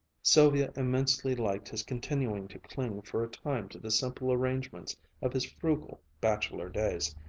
sylvia immensely liked his continuing to cling for a time to the simple arrangements of his frugal bachelor days.